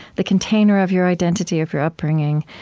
the container of your identity, of your upbringing,